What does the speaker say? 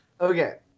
okay